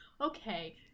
okay